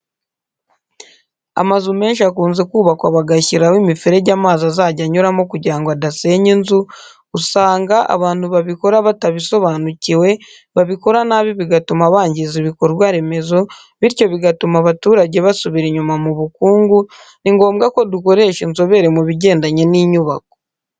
Amazu menshi akunze kubakwa bagashyiraho imiferege amazi azajya anyuramo kugira ngo adasenya inzu, usanga abantu babikora batabisobanukiwe babikora nabi bigatuma bangiza ibikorwa remezo, bityo bigatuma abaturage basubira inyuma mu bukungu, ni ngombwa ko dukoresha inzobere mu bigendanye n'inyubako.